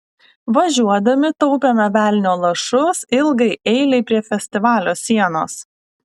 važiuodami taupėme velnio lašus ilgai eilei prie festivalio sienos